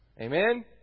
Amen